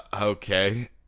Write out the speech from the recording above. Okay